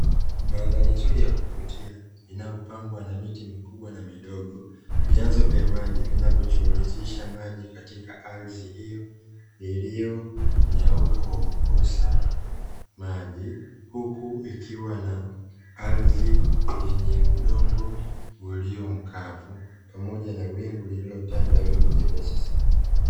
Mandhari nzuri yakuvutia, inayopambwa na miti mikubwa na midogo, vyanzo vya maji vinayochurizisha maji katika ardhi hiyo iliyonyauka kwa kukosa maji, huku ikiwa na ardhi yenye udongo ulio mkavu pamoja na wingu lililotanda, wingu jepesi sana.